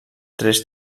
tres